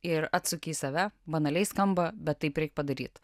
ir atsuki į save banaliai skamba bet taip reik padaryt